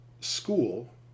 school